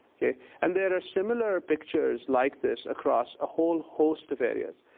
yeah and there are similar pictures like this across a whole host of areas.